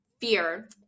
fear